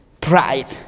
pride